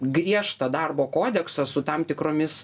griežtą darbo kodeksą su tam tikromis